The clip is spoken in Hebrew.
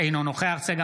אינו נוכח צגה